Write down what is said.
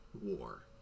war